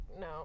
no